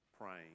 praying